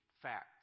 facts